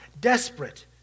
desperate